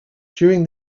during